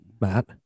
matt